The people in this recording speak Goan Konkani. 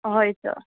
हय सर